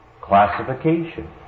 Classification